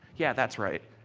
yeah, that is right.